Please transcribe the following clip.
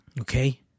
okay